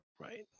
Right